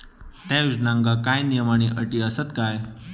त्या योजनांका काय नियम आणि अटी आसत काय?